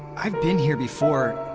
i've been here before.